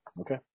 Okay